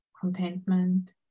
contentment